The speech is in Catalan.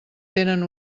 tenen